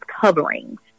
coverings